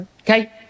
okay